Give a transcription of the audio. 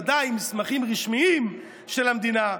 ודאי מסמכים רשמיים של המדינה,